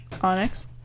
Onyx